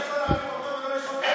זה נכון.